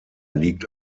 liegt